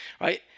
right